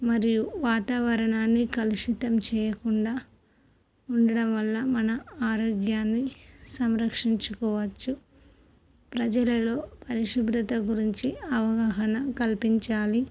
మరియు వాతావరణాన్ని కలుషితం చేయకుండా ఉండడం వల్ల మనం ఆరోగ్యాన్ని సంరక్షించుకోవచ్చు ప్రజలలో పరిశుభ్రత గురించి అవగాహన కల్పించాలి